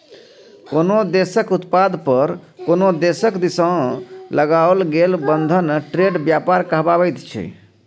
कोनो देशक उत्पाद पर कोनो देश दिससँ लगाओल गेल बंधन ट्रेड व्यापार कहाबैत छै